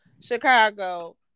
Chicago